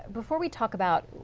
before we talk about